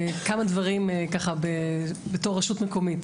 כמה דברים בתור ראשות מקומית